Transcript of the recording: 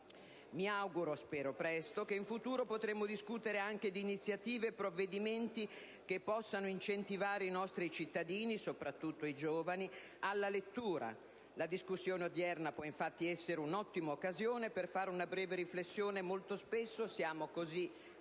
in futuro, spero presto, potremo discutere anche di iniziative e provvedimenti che possano incentivare i nostri cittadini, soprattutto i giovani, alla lettura. La discussione odierna può infatti essere un'ottima occasione per svolgere una breve riflessione. Molto spesso siamo così occupati